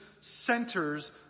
centers